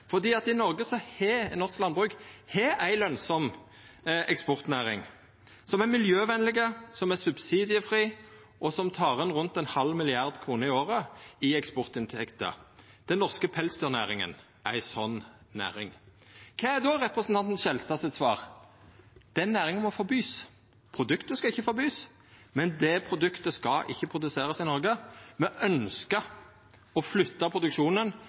Norsk landbruk har ei lønsam eksportnæring som er miljøvenleg, som er subsidiefri, og som tek inn rundt ein halv milliard kroner i året i eksportinntekter. Den norske pelsdyrnæringa er ei sånn næring. Kva er representanten Skjelstad sitt svar? Den næringa må ein forby. Ein skal ikkje forby produktet, men produktet skal ikkje produserast i Noreg. Me ønskjer å flytta produksjonen